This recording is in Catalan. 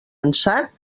ansat